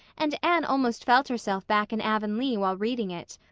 and anne almost felt herself back in avonlea while reading it.